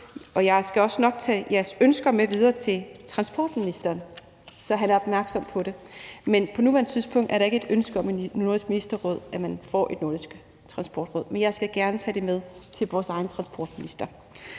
jeg skal nok også tage jeres ønsker med videre til transportministeren, så han er opmærksom på det. Men på nuværende tidspunkt er der ikke et ønske i Nordisk Ministerråd om, at man får et nordisk transportråd. Men jeg skal gerne tage det med til vores egen transportminister.